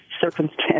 circumstance